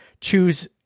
choose